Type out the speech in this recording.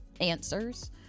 answers